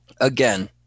again